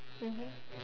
mmhmm